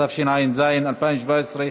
התשע"ז 2017,